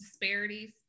disparities